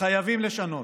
חייבים לשנות.